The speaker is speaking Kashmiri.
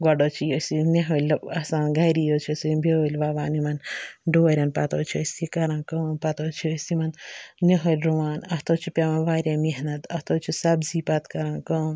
گۄڈٕ حٕظ چھِ اسہِ یہِ نِہٲلۍ آسان گَری حٕظ چھِ یہِ بِیٲلۍ وَوان یِمن ڈورٮ۪ن پتہٕ حٕظ چھِ یہِ کَران کٲم پتہٕ حٕظ چھِ یِمن نِہٲلۍ رُوان اَتھ حٕظ چھُ پٮ۪وان واریاہ مٮ۪حنَت اَتھ حٕظ چھِ سَبزی پَتہٕ کَران کٲم